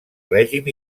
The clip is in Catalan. règim